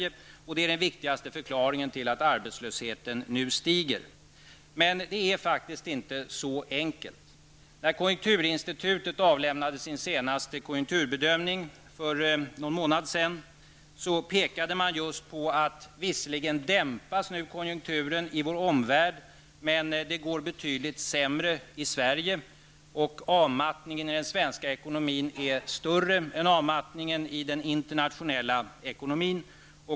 Det skulle vara den viktigaste förklaringen till att arbetslösheten nu stiger. Men det är faktiskt inte så enkelt. När konjunkturinstitutet avlämnade sin senaste konjunkturbedömning för någon månad sedan pekade man just på att konjunkturen i vår omvärld visserligen dämpas nu, men att det går betydligt sämre i Sverige. Avmattningen i den svenska ekonomin är större än avmattningen i den internationella ekonomin.